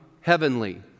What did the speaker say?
heavenly